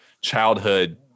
childhood